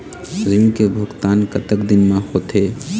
ऋण के भुगतान कतक दिन म होथे?